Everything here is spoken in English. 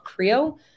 Creo